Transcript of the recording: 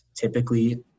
typically